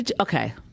okay